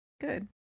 good